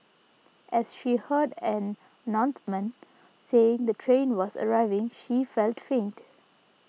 as she heard an announcement saying the train was arriving she felt faint